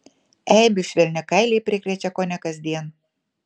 eibių švelniakailiai prikrečia kone kasdien